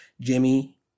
Jimmy